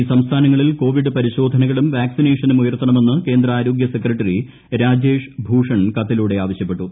ഈ സംസ്ഥാനങ്ങളിൽ കോവിഡ് പരിശോധനകളും വാക്സിനേഷനും ഉയർത്തണമെന്ന് കേന്ദ്ര ആരോഗൃ സെക്രട്ടറി രാജേഷ് ഭൂഷൺ കത്തിലൂടെ ആവശ്യപ്പെട്ടു